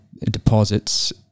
deposits